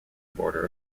border